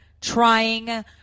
trying